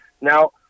Now